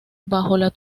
bajo